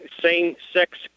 same-sex